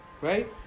Right